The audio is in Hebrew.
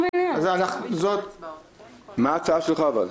אבל מה ההצעה שלך?